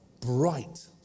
Bright